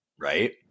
right